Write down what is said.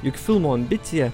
juk filmo ambicija